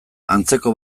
antzeko